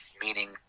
meaning